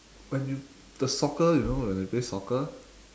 when you the soccer you know when you play soccer